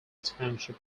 township